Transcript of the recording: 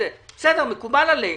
שזה מקובל עלינו,